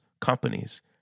companies